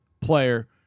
player